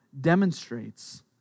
demonstrates